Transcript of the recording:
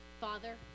Father